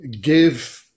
give